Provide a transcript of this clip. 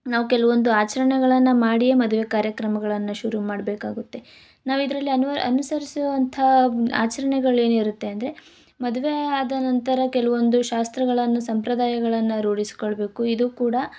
ನಾವು ಕೆಲವೊಂದು ಆಚರಣೆಗಳನ್ನ ಮಾಡಿಯೇ ಮದುವೆ ಕಾರ್ಯಕ್ರಮಗಳನ್ನು ಶುರು ಮಾಡಬೇಕಾಗುತ್ತೆ ನಾವು ಇದರಲ್ಲಿ ಅನುವ ಅನುಸರಿಸುವಂಥ ಆಚರಣೆಗಳ್ ಏನಿರುತ್ತೆ ಅಂದರೆ ಮದುವೆ ಆದ ನಂತರ ಕೆಲ್ವೊಂದು ಶಾಸ್ತ್ರಗಳನ್ನು ಸಂಪ್ರದಾಯಗಳನ್ನು ರೂಢಿಸ್ಕೊಳ್ಬೇಕು ಇದು ಕೂಡ